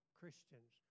Christians